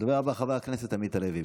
הדובר הבא, חבר הכנסת עמית הלוי.